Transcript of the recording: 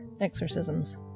exorcisms